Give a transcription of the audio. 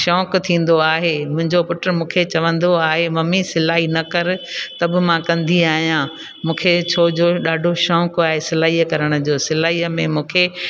शौक़ु थींदो आहे मुंहिंजो पुटु मूंखे चवंदो आहे मम्मी सिलाई न कर त बि मां कंदी आहियां मूंखे छोजो ॾाढो शौक़ु आहे सिलाईअ करण जो सिलाईअ में मूंखे